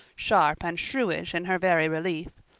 sharp and shrewish in her very relief.